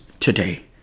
today